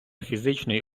фізичної